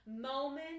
moment